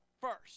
first